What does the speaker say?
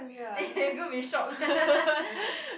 be shock